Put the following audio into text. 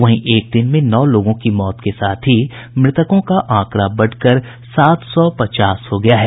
वहीं एक दिन में नौ लोगों की मौत के साथ ही मृतकों का आंकड़ा बढ़कर सात सौ पचास हो गया है